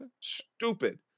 Stupid